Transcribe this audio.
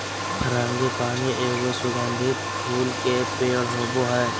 frangipani एगो सुगंधित फूल के पेड़ होबा हइ